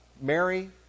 Mary